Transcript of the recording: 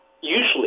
Usually